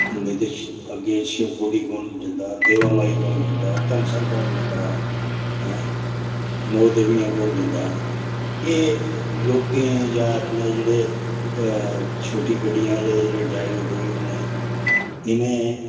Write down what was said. नेईं ते श अग्गें शिवखोड़ी कु'न जंदा हा देवा माई कु'न जंदा हा धनसर कु'न जंदा हा हें नौ देवियां कु'न जंदा हा एह् लोकें जां अपने जेह्ड़े छोटी गड्डियां आह्ले ड्रैवर डरूवर न इ'नें